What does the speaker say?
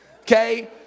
okay